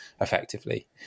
effectively